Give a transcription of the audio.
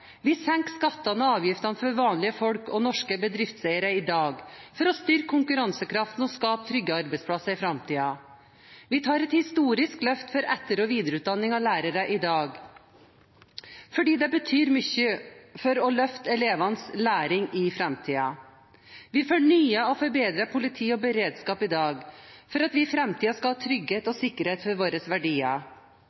Vi senker skattene og avgiftene for vanlige folk og norske bedriftseiere i dag for å styrke konkurransekraften og skape trygge arbeidsplasser i framtiden. Vi tar et historisk løft for etter- og videreutdanning av lærere i dag, fordi det betyr mye for å løfte elevenes læring i framtiden. Vi fornyer og forbedrer politi og beredskap i dag for at vi i framtiden skal ha trygghet